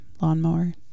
lawnmower